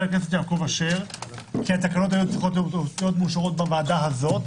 הכנסת יעקב אשר כי התקנות היו צריכות להיות מאושרות בוועדה הזו,